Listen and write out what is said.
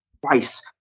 twice